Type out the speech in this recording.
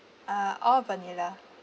uh all vanilla